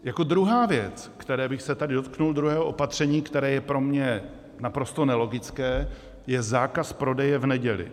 Jako druhá věc, které bych se tady dotkl, druhého opatření, které je pro mě naprosto nelogické, je zákaz prodeje v neděli.